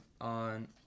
on